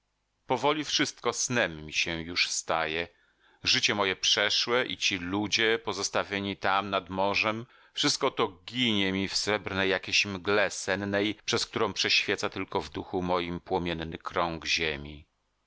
powoli wszystko snem mi się już staje życie moje przeszłe i ci ludzie pozostawieni tam nad morzem wszystko to ginie mi w srebrnej jakiejś mgle sennej przez którą prześwieca tylko w duchu moim płomienny krąg ziemi